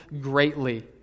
greatly